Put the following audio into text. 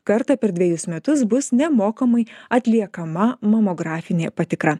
kartą per dvejus metus bus nemokamai atliekama mamografinė patikra